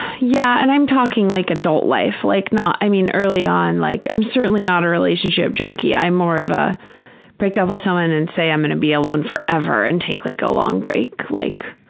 yeah. and i'm talking like adult life, like not, i mean, early on like, i'm certainly not a relationship junkie. i'm more of, ah break up with someone and say i'm going to be alone forever and take like a long break, like,